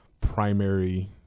primary